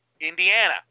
Indiana